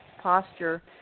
posture